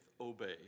obey